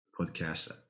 podcast